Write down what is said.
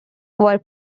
were